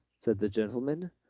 said the gentleman.